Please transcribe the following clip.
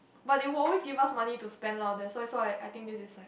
but they will always give us money to spend lah that's why so I I think this is like